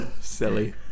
Silly